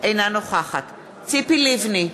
נוכחת ציפי לבני,